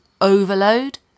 overload